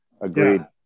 Agreed